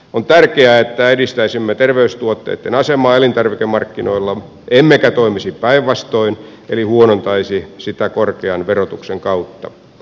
on tärkeää että edistäisimme terveystuotteitten asemaa elintarvikemarkkinoilla emmekä toimisi päinvastoin eli huonontaisi sitä korkean verotuksen kautta